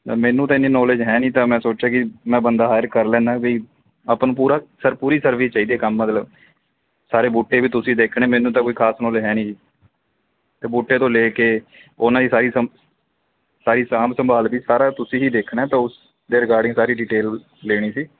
ਤਾਂ ਮੈਨੂੰ ਤਾਂ ਇੰਨੀ ਨੌਲੇਜ ਹੈ ਨਹੀਂ ਤਾਂ ਮੈਂ ਸੋਚਿਆ ਕਿ ਮੈਂ ਬੰਦਾ ਹਾਇਰ ਕਰ ਲੈਂਦਾ ਵੀ ਆਪਾਂ ਨੂੰ ਪੂਰਾ ਸਰ ਪੂਰੀ ਸਰਵੀਸ ਚਾਹੀਦੀ ਕੰਮ ਮਤਲਬ ਸਾਰੇ ਬੂਟੇ ਵੀ ਤੁਸੀਂ ਦੇਖਣੇ ਮੈਨੂੰ ਤਾਂ ਕੋਈ ਖਾਸ ਨੋਲੇਜ ਹੈ ਨਹੀਂ ਜੀ ਅਤੇ ਬੂਟੇ ਤੋਂ ਲੈ ਕੇ ਉਹਨਾਂ ਦੀ ਸਾਰੀ ਸੰਭ ਸਾਰੀ ਸਾਂਭ ਸੰਭਾਲ ਵੀ ਸਾਰਾ ਤੁਸੀਂ ਹੀ ਦੇਖਣਾ ਤਾਂ ਉਸਦੇ ਰਿਗਾਰਡਿੰਗ ਸਾਰੀ ਡੀਟੇਲ ਲੈਣੀ ਸੀ